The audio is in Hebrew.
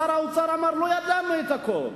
שר האוצר אמר: לא ידענו את הכול.